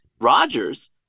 Rogers